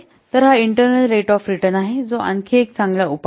तर हा internal rate of return आहे जो आणखी एक चांगला उपाय आहे